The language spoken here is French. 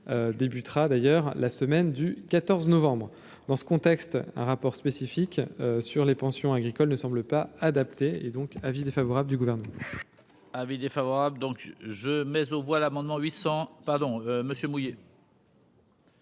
débutera d'ailleurs la semaine du 14 novembre dans ce contexte un rapport spécifique sur les pensions agricoles ne semblent pas adaptées et donc avis défavorable du gouvernement. Avis défavorable, donc je mais aux voix l'amendement 800 pardon Monsieur Mounier.